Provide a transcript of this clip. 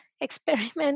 experiment